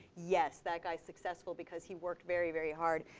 yes, that guy's successful because he worked very, very hard.